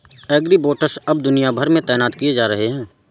agribots अब दुनिया भर में तैनात किए जा रहे हैं